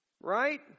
Right